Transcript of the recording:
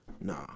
Nah